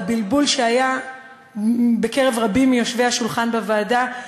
והבלבול שהיה בקרב רבים מיושבי השולחן בוועדה,